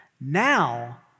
now